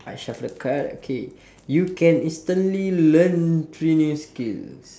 I shuffle the card okay you can instantly learn three new skills